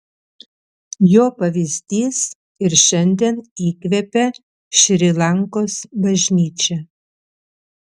jo pavyzdys ir šiandien įkvepia šri lankos bažnyčią